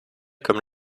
comme